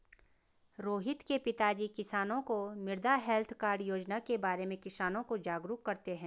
रोहित के पिताजी किसानों को मृदा हैल्थ कार्ड योजना के बारे में किसानों को जागरूक करते हैं